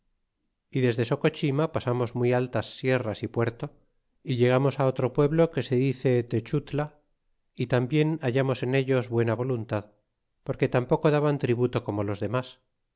y desde socochima pasamos unas altas sierras y puerto y llegamos otro pueblo que se dice texutla y tambien hallamos en ellos buena voluntad porque tampoco daban tributo como los demas